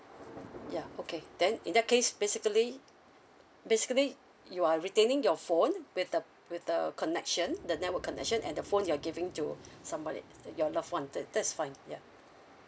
ya okay then in that case basically basically you are retaining your phone with a with a connection the network connection and the phone you're giving to somebody your loved one that that's fine ya